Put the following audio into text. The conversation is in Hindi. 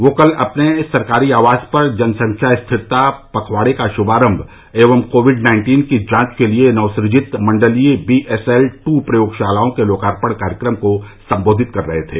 वह कल अपने सरकारी आवास पर जनसंख्या स्थिरता पखवाड़े का श्भारम्भ एवं कोविड नाइन्टीन की जांच के लिये नवसूजित मंडलीय बीएसएल टू प्रयोगशालाओं के लोकार्पण कार्यक्रम को संबोधित कर रहे थे